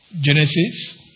Genesis